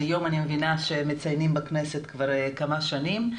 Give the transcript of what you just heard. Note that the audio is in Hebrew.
זה יום שאני מבינה שמציינים בכנסת כבר כמה שנים,